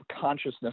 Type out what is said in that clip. consciousness